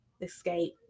escape